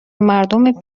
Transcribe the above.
مردم